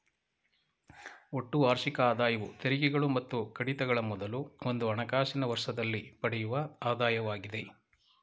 ಒಟ್ಟು ವಾರ್ಷಿಕ ಆದಾಯವು ತೆರಿಗೆಗಳು ಮತ್ತು ಕಡಿತಗಳ ಮೊದಲು ಒಂದು ಹಣಕಾಸಿನ ವರ್ಷದಲ್ಲಿ ಪಡೆಯುವ ಆದಾಯವಾಗಿದೆ